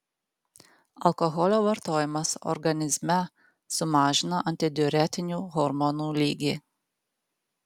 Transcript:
alkoholio vartojimas organizme sumažina antidiuretinių hormonų lygį